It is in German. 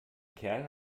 kerl